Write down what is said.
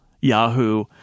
yahoo